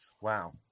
Wow